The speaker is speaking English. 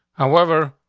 however,